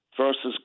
versus